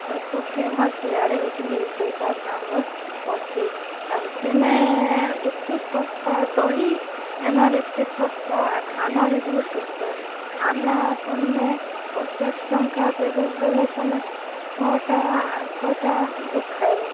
ଆର୍ ଖୋବ୍ ଫେମସ୍ ସେଆଡ଼େ ଇଟିଲି ଡୋସା ସାମ୍ୱର୍ ଅଛେ ଆରୁ ସେନେ ଏତେ ଶସ୍ତା ଦହି ହେନର୍ ଏତେ ଶସ୍ତା ଖାନା ବି ବହୁତ୍ ଶସ୍ତା ଖାନା ତମେ ପଚାଶ୍ ଟଙ୍କା ଦେବ ବଏଲେ ତମେ ଛଅଟା ଛଅଟା ଲୋକ୍ ଖାଏବ